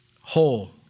whole